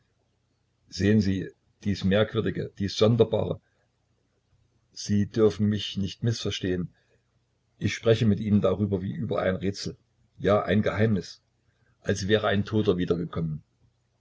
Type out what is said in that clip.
sehen sie dies merkwürdige dies sonderbare sie dürfen mich nicht mißverstehen ich spreche mit ihnen darüber wie über ein rätsel ja ein geheimnis als wäre ein toter